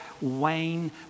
Wayne